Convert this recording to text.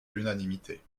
l’unanimité